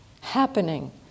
happening